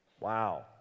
Wow